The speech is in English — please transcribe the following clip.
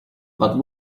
but